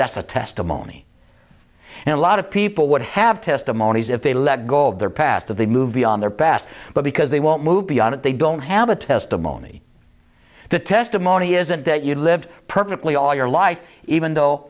that's a testimony and a lot of people would have testimonies if they let go of their past of the movie on their past but because they won't move beyond it they don't have a testimony the testimony isn't that you live perfectly all your life even though